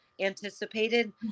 anticipated